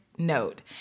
note